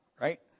right